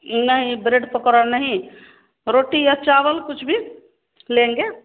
नहीं ब्रेड पकोड़ा नहीं रोटी या चावल कुछ भी लेंगे